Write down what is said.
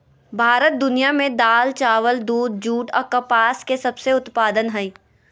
भारत दुनिया में दाल, चावल, दूध, जूट आ कपास के सबसे उत्पादन हइ